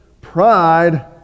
pride